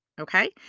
Okay